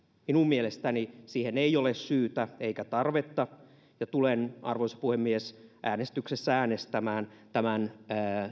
minun mielestäni siihen ei ole syytä eikä tarvetta ja tulen arvoisa puhemies äänestyksessä äänestämään tämän